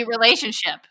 relationship